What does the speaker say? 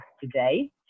today